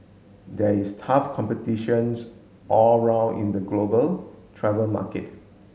there is tough competitions all round in the global travel market